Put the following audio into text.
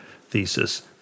thesis